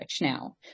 now